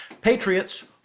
Patriots